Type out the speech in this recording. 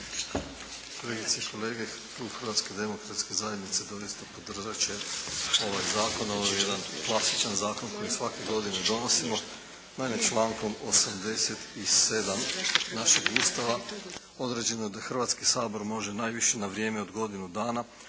kolegice i kolege. Klub Hrvatske demokratske zajednice doista podržat će ovaj zakon. Ovo je jedan klasičan zakon koji svake godine donosimo. Naime, člankom 87. našeg Ustava određeno je da Hrvatski sabor može najviše na vrijeme od godinu dana